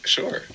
Sure